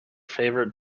favorite